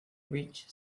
rich